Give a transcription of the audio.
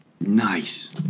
Nice